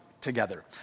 together